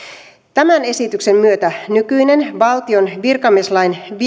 tämän esityksen myötä nykyinen valtion virkamieslain